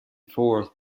forth